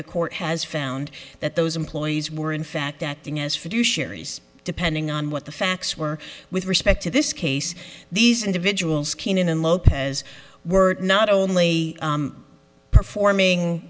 the court has found that those employees were in fact acting as fiduciary depending on what the facts were with respect to this case these individuals keenan and lopez were not only performing